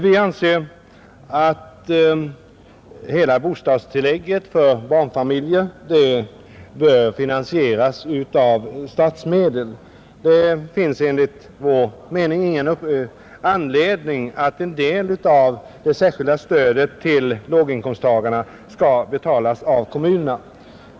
Vi anser att hela bostadstillägget för barnfamiljer bör finansieras av statsmedel. Enligt vår uppfattning finns det ingen anledning till att en del av det särskilda stödet till låginkomsttagarna skall betalas av kommunerna.